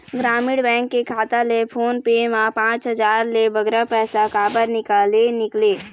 ग्रामीण बैंक के खाता ले फोन पे मा पांच हजार ले बगरा पैसा काबर निकाले निकले?